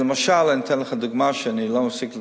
למשל, אני אתן לך דוגמה שאני לא מפסיק לתת: